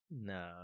No